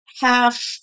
half